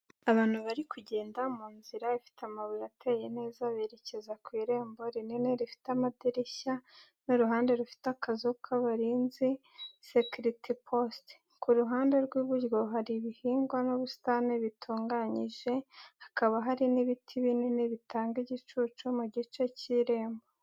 Abantu bari kugenda mu nzira ifite amabuye ateye neza, berekeza ku irembo rinini rifite amadirishya n'uruhande rufite akazu k’abarinzi security poste. Ku ruhande rw'iburyo hari ibihingwa n'ubusitani butunganyije, hakaba hari n’ibiti binini bitanga igicucu mu gice cy'irembo.